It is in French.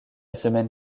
semaine